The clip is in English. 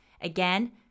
again